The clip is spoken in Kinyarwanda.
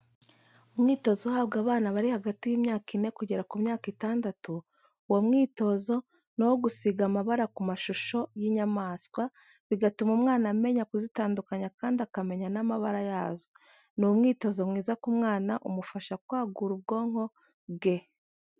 Umwitozo uhabwa abana barihagati y'imyaka ine kugera ku myaka itandatu, uwo mwitozi ni uwogusiga amabara ku mashusho y'inyamaswa, bigatuma umwana amenya kuzitandukanya kandi akamenya n'amabara yazo. ni umwitozo mwiza ku mwana umufasha kwagura ubwonko bwe.